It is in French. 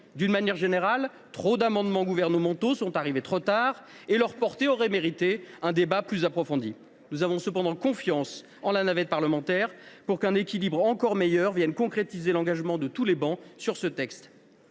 D’une manière générale, trop d’amendements gouvernementaux sont arrivés bien trop tard et leur portée aurait mérité un débat plus approfondi. Nous avons cependant confiance en la navette parlementaire pour qu’un équilibre encore meilleur vienne concrétiser l’engagement sur ce texte